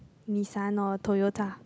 Nissan or Toyota